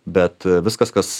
bet viskas kas